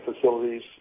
facilities